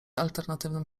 alternatywnym